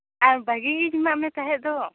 ᱟᱨ ᱵᱷᱟᱜᱮ ᱜᱮᱧ ᱮᱢᱟᱫ ᱢᱮ ᱛᱟᱦᱮᱫ ᱫᱚ